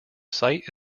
site